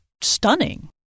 stunning